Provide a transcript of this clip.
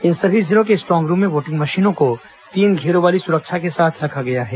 इन सभी जिलों के स्ट्रांग रूम में वोटिंग मशीनों को तीन घेरों वाली सुरक्षा के साथ रखा गया है